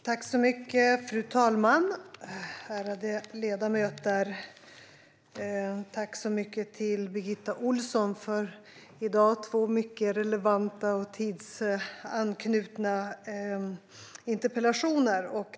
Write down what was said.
Svar på interpellationer Fru talman! Ärade ledamöter! Tack så mycket till Birgitta Ohlsson för i dag två mycket relevanta och tidsanknutna interpellationer!